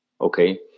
okay